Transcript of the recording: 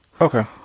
Okay